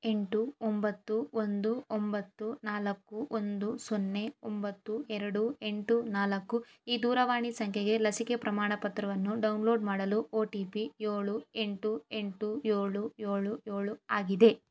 ಎಂಟು ಒಂಬತ್ತು ಒಂದು ಒಂಬತ್ತು ನಾಲ್ಕು ಒಂದು ಸೊನ್ನೆ ಒಂಬತ್ತು ಎರಡು ಎಂಟು ನಾಲ್ಕು ಈ ದೂರವಾಣಿ ಸಂಖ್ಯೆಗೆ ಲಸಿಕೆ ಪ್ರಮಾಣಪತ್ರವನ್ನು ಡೌನ್ಲೋಡ್ ಮಾಡಲು ಒ ಟಿ ಪಿ ಏಳು ಎಂಟು ಎಂಟು ಏಳು ಏಳು ಏಳು ಆಗಿದೆ